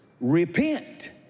Repent